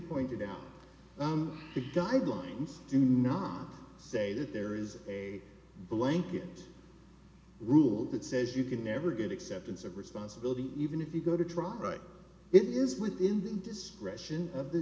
pointed out the guidelines do not say that there is a blanket rule that says you can never get acceptance of responsibility even if you go to trial right it is within the distraction of the